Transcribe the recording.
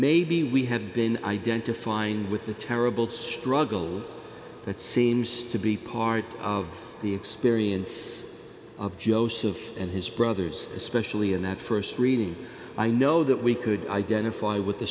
maybe we had been identifying with the terrible struggle that seems to be part of the experience of joseph and his brothers especially in that st reading i know that we could identify with the